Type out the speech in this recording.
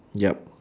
yup